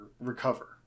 recover